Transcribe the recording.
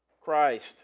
Christ